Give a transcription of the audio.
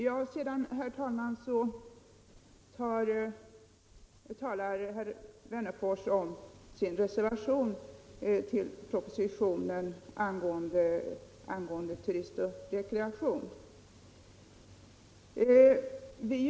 Herr Wennerfors talar sedan om sin reservation vid civilutskottets betänkande nr 2 i anslutning till propositionen om turism och rekreation.